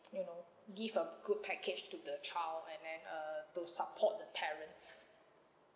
you know give a good package to the child and then uh to support the parents